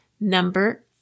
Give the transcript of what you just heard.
number